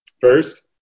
First